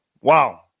Wow